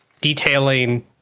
detailing